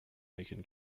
macon